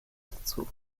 dazu